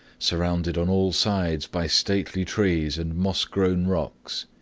surrounded on all sides by stately trees and moss-grown rocks,